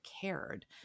cared